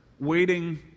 waiting